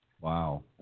Wow